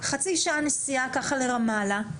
חצי שעה נסיעה לרמאללה,